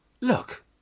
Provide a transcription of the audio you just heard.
Look